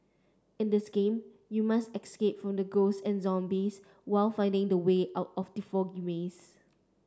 in this game you must escape from the ghosts and zombies while finding the way out of the foggy maze